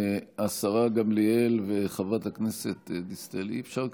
השרה גמליאל וחברת הכנסת דיסטל, אי-אפשר ככה.